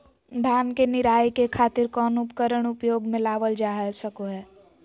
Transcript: धान के निराई के खातिर कौन उपकरण उपयोग मे लावल जा सको हय?